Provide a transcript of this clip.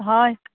হয়